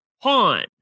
pawn